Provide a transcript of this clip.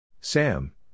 Sam